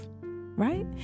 right